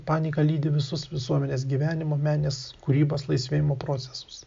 panika lydi visus visuomenės gyvenimo meninės kūrybos laisvėjimo procesus